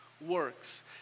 works